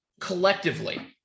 collectively